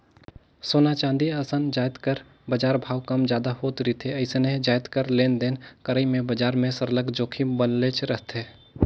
सोना, चांदी असन जाएत कर बजार भाव हर कम जादा होत रिथे अइसने जाएत कर लेन देन करई में बजार में सरलग जोखिम बनलेच रहथे